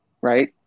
right